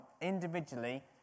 individually